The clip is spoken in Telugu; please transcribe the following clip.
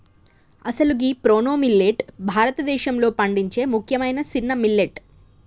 అసలు గీ ప్రోనో మిల్లేట్ భారతదేశంలో పండించే ముఖ్యమైన సిన్న మిల్లెట్